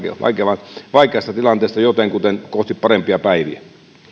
vaikeasta vaikeasta tilanteesta jotenkuten kohti parempia päiviä